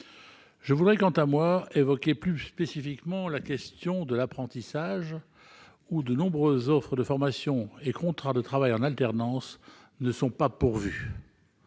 Je voudrais, quant à moi, évoquer plus spécifiquement la question de l'apprentissage, pour lequel de nombreuses offres de formation et de contrats de travail en alternance ne sont pas pourvues.